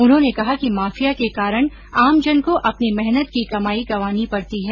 उन्होंने कहा कि माफिया के कारण आमजन को अपनी मेहनत की कमाई गंवानी पडती है